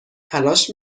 تلاش